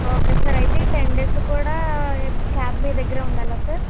okay sir అయితే ఈ ten days కూడా క్యాబ్ మీ దగ్గరే ఉండాలా సార్